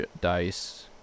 Dice